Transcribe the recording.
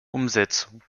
umsetzung